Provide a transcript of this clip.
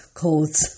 codes